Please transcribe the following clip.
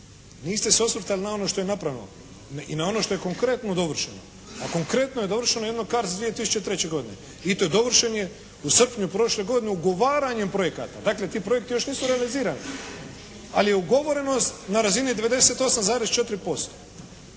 Niste se osvrtali na ono što je napravljeno i na ono što je konkretno dovršeno. A konkretno je dovršeno jedino «CARDS» 2003. godine. I to dovršen je u srpnju prošle godine ugovaranjem projekata. Dakle ti projekti još nisu realizirani. Ali je ugovorenost na razini 98,4%.